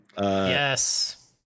Yes